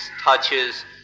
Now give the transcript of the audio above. touches